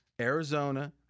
Arizona